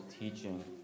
teaching